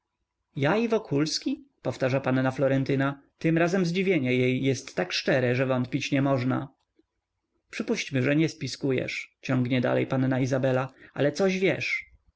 ja i wokulski powtarza panna florentyna tym razem zdziwienie jej jest tak szczere że wątpić niemożna przypuśćmy że nie spiskujesz ciągnie dalej panna izabela ale coś wiesz